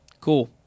cool